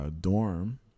dorm